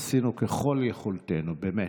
עשינו ככל יכולתנו, באמת,